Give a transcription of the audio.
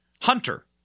Hunter